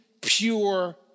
pure